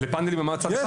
לפנלים במעמד צד אחד?